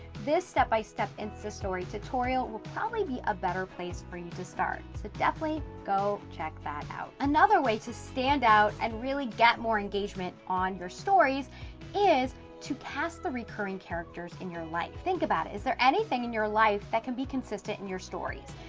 this step by step insta story tutorial will probably be a better place for you to start, so definitely go check that out. another way to stand out and really get more engagement on your stories is to cast the recurring characters in your life. think about it, is there anything in your life that can consistent in your stories?